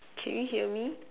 can you hear me